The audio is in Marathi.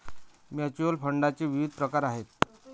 म्युच्युअल फंडाचे विविध प्रकार आहेत